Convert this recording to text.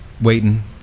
waiting